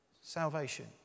salvation